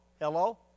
Hello